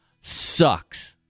sucks